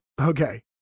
Okay